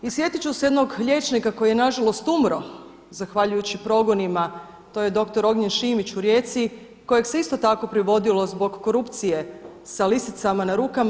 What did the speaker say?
I sjetiti ću se jednog liječnika koji je nažalost umro zahvaljujući progonima, to je dr. Ognjen Šimić u Rijeci kojeg se isto tako privodilo zbog korupcije sa lisicama na rukama.